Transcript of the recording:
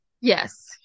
Yes